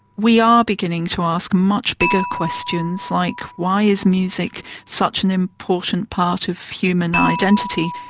we are beginning to ask much bigger questions like why is music such an important part of human identity?